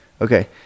Okay